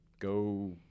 go